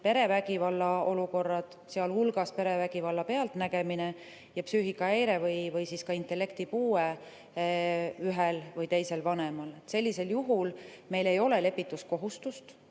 perevägivalla olukorrad, sh perevägivalla pealtnägemine, ja psüühikahäire või intellektipuue ühel või teisel vanemal. Sellisel juhul meil ei ole lepituskohustust.